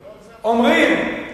אומרים,